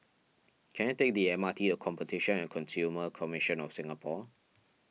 can I take the M R T or Competition and Consumer Commission of Singapore